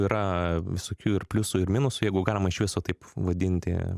yra visokių ir pliusų ir minusų jeigu galima iš viso taip vadinti